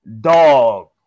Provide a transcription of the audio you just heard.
Dog